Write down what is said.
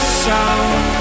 sound